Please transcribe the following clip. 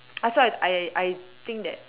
I thought I I I think that